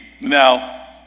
Now